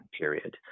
period